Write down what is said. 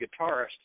guitarist